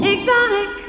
Exotic